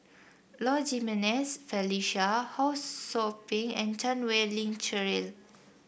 Low Jimenez Felicia Ho Sou Ping and Chan Wei Ling Cheryl